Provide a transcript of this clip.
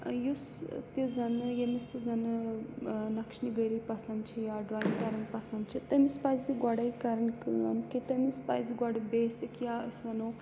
یُس تہِ زَنہٕ ییٚمِس تہِ زَنہٕ نَقشنہِ گٔری پَسٛد چھِ یا ڈرایِنٛگ کَران پَسنٛد چھِ تٔمِس پَزِ گۄڈَے کَرٕنۍ کٲم کہِ تٔمِس پَزِ گۄڈٕ بیسِک یا أسۍ وَنو